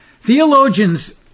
Theologians